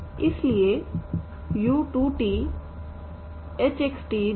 इसलिए u2t hxt2u2xxहै